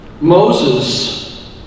Moses